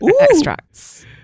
extracts